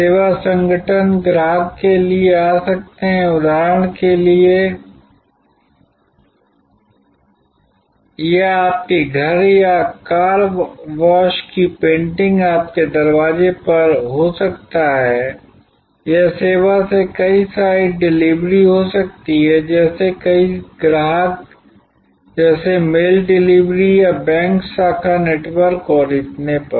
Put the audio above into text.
सेवा संगठन ग्राहक के लिए आ सकते हैं उदाहरण के लिए यह आपके घर या कार वॉश की पेंटिंग आपके दरवाजे पर हो सकता है यह सेवा से कई साइट डिलीवरी हो सकती है जैसे कई ग्राहक जैसे मेल डिलीवरी या बैंक शाखा नेटवर्क और इतने पर